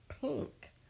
pink